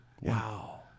Wow